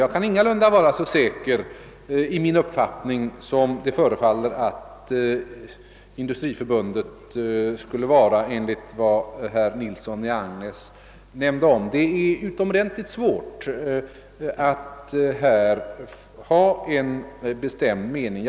Jag kan alltså ingalunda vara så viss i min uppfattning som Industriförbundet enligt vad herr Nilsson i Agnäs nämnde förefaller att vara. Det är således utomordentligt svårt att ha en bestämd mening i denna fråga.